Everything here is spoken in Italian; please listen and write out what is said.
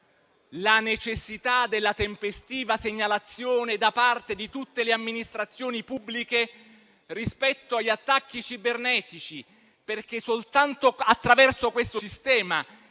la necessità della tempestiva segnalazione da parte di tutte le amministrazioni pubbliche rispetto agli attacchi cibernetici, perché soltanto attraverso questo sistema